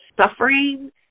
suffering